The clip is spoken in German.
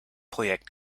projekt